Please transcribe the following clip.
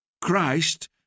Christ